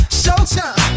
showtime